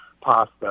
pasta